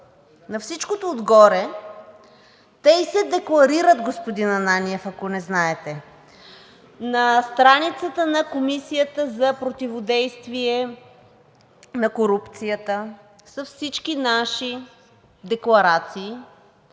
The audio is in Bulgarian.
на всичкото отгоре те се декларират, господин Ананиев, ако не знаете. На страницата на Комисията за противодействие на корупцията са всички декларации